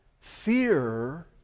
fear